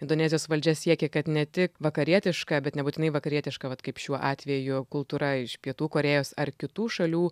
indonezijos valdžia siekia kad ne tik vakarietiška bet nebūtinai vakarietiška vat kaip šiuo atveju kultūra iš pietų korėjos ar kitų šalių